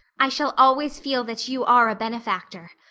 i shall always feel that you are a benefactor.